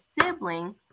sibling